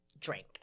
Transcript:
drink